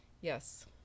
Yes